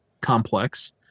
complex